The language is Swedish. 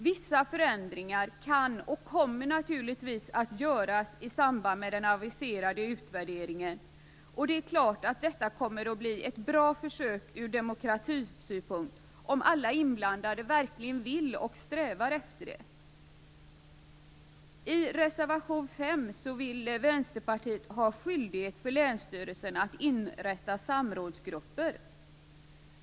Vissa förändringar kan och kommer naturligtvis att göras i samband med den aviserade utvärderingen, och det är klart att detta kommer att bli ett bra försök ur demokratisynpunkt om alla inblandade verkligen vill och strävar efter det. I reservation 5 vill Vänsterpartiet ha skyldighet för länsstyrelsen att inrätta samrådsgrupper.